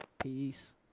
Peace